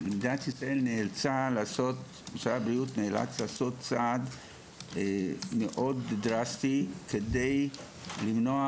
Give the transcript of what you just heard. לכן משרד הבריאות נאלץ לעשות צעד מאוד דרסטי כדי למנוע